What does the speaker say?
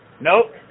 Nope